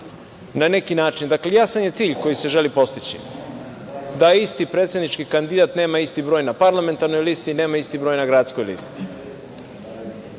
na neki način, jasan je cilj koji se želi postići, da isti predsednički kandidat nema isti broj na parlamentarnoj listi, nema isti broj na gradskoj listi.